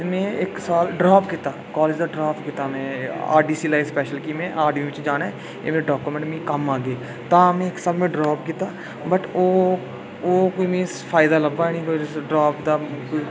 ते में इक्क साल ड्रॉप कीता कॉलेज दा ड्रॉप कीता में आरडीसी लाई स्पेशल की में आरडीओ च जाना ऐं एह् डाक्युमेंट मिगी कम्म आह्गे तां में इक्क साल ड्रॉप कीता वट ओह् ओह् मिगी कोई फायदा लब्भा निं फायदा निं ड्रॉप दा